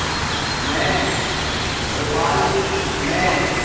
मैं भोपाल में